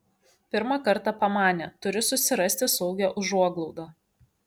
pirmą kartą pamanė turiu susirasti saugią užuoglaudą